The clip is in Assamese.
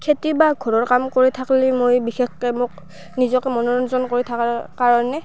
খেতি বা ঘৰৰ কাম কৰি থাকিলে মই বিশেষকৈ মোক নিজকে মনোৰঞ্জন কৰি থকাৰ কাৰণে